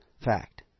fact